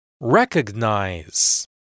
Recognize